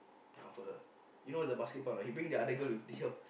comfort her you know what's the basket part or not he bring the other girl with her